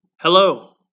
Hello